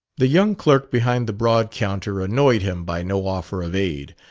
the young clerk behind the broad counter annoyed him by no offer of aid,